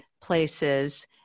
places